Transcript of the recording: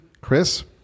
Chris